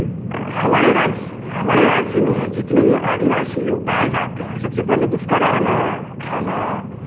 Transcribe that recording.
हमारे राज्य हमारे राज्य में जितने भी आदिवासी लोग पाए जाते हैं सबसे पहले तो उसका रहना खाना